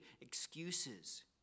excuses